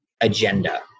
agenda